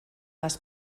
les